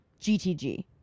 gtg